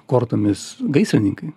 kortomis gaisrininkai